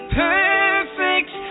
perfect